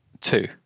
two